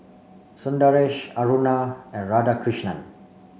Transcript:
Sundaresh Aruna and Radhakrishnan